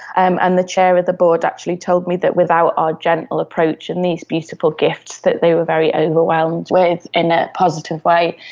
and and the chair of the board actually told me that without our gentle approach and these beautiful gifts that they were very overwhelmed with in a positive way,